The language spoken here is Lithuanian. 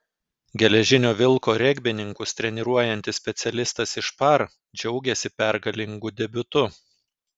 geležinio vilko regbininkus treniruojantis specialistas iš par džiaugiasi pergalingu debiutu